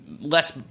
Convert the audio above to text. less